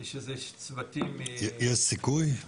--- יש סיכוי?